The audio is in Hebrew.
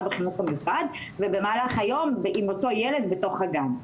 בחינוך המיוחד ובמהלך היום עם אותו ילד בתוך הגן.